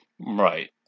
Right